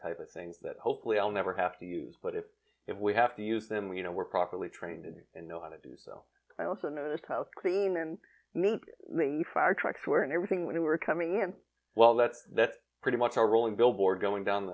type of thing that hopefully i'll never have to use but if if we have to use them you know we're properly trained and know how to do so i also noticed how clean and fire trucks were and everything we were coming in well that that pretty much our role in billboard going down